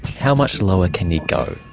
how much lower can you go?